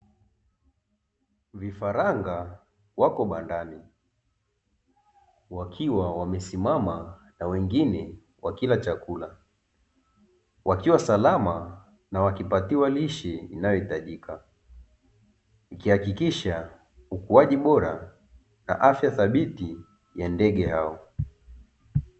Vifaranga wako bandani wakiwa wamesimama na wengine wakila chakula, wakiwa salama na wakipatiwa lishe inayoitajika. Ikihakikisha ukuaji bora na afya thabiti ya ndege hao.